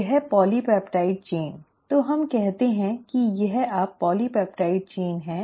यह पॉलीपेप्टाइड श्रृंखला तो हम कहते हैं कि यह अब पॉलीपेप्टाइड श्रृंखला है